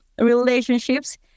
relationships